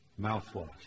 Mouthwash